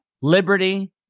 liberty